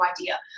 idea